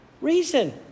reason